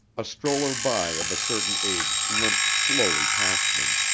a stroller-by of a certain age limped slowly past them.